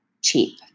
cheap